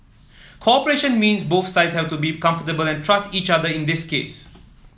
cooperation means both sides have to be comfortable and trust each other in this case